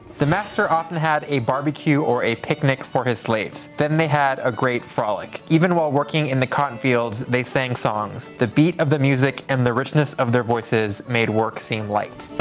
the master often had a barbecue or a picnic for his slaves. then they had a great frolic. even while working in the cotton fields they sang songs. the beat of the music and the richness of their voices made work seem light.